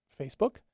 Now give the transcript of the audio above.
Facebook